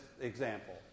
example